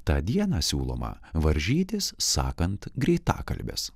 tą dieną siūloma varžytis sakant greitakalbes